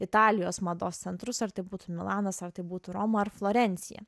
italijos mados centrus ar tai būtų milanas ar tai būtų roma ar florencija